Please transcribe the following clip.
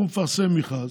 הוא מפרסם מכרז,